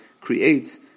creates